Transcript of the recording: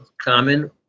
common